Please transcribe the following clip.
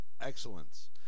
excellence